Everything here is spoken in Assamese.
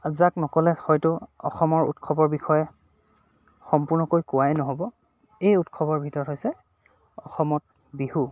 যাক নকলে হয়তো অসমৰ উৎসৱৰ বিষয়ে সম্পূৰ্ণকৈ কোৱাই নহ'ব এই উৎসৱৰ ভিতৰত হৈছে অসমত বিহু